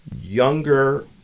younger